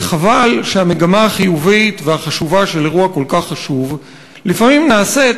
שחבל שהמגמה החיובית והחשובה של אירוע כל כך חשוב לפעמים נעשית,